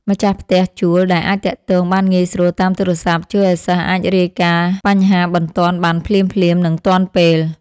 ម្ចាស់ផ្ទះជួលដែលអាចទាក់ទងបានងាយស្រួលតាមទូរស័ព្ទជួយឱ្យសិស្សអាចរាយការណ៍បញ្ហាបន្ទាន់បានភ្លាមៗនិងទាន់ពេល។